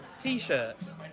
t-shirts